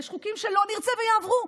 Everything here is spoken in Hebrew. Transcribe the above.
ויש חוקים שלא נרצה ויעברו,